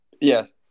Yes